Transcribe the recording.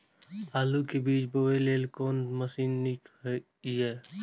आलु के बीज बोय लेल कोन मशीन नीक ईय?